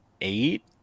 eight